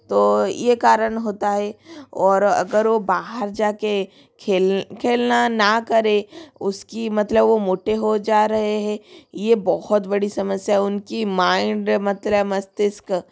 तो ये कारण होता है और अगर वो बाहर जा कर खेल खेलना ना करे उसकी मतलब वो मोटे हो जा रहे हैं ये बहुत बड़ी समस्या है उनका माइंड मतलब मस्तिष्क